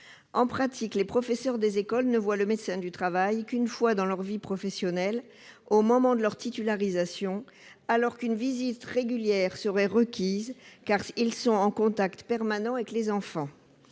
En pratique, les professeurs des écoles ne voient le médecin du travail qu'une fois au cours de leur vie professionnelle, au moment de leur titularisation, alors qu'une visite régulière serait requise, car ils sont en contact permanent avec les enfants.